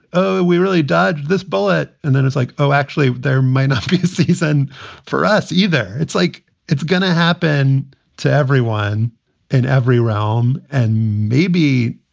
oh, we really dodged this bullet. bullet. and then it's like, oh, actually, there may not be a season for us either. it's like it's going to happen to everyone in every realm. and maybe,